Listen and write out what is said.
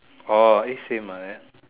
orh it seem like that